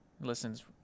Listen's